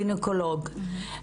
גניקולוג,